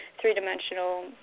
three-dimensional